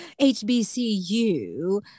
HBCU